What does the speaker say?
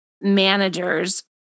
managers